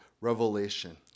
Revelation